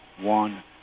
one